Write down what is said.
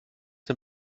dem